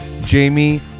Jamie